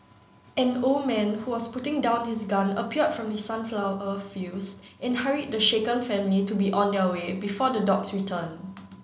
an old man who was putting down his gun appeared from the sunflower a fields and hurried the shaken family to be on their way before the dogs return